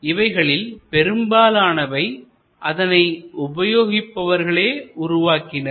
இவைகளில் பெரும்பாலானவை அதனை உபயோகிப்பவர்களே உருவாக்கினர்